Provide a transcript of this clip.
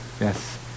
Yes